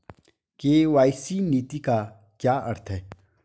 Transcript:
KYC नीति का क्या अर्थ है?